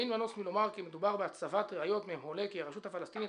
אין מנוס מלומר כי מדובר בהצבת ראיות מהן עולה כי הרשות הפלסטינית,